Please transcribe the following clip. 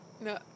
no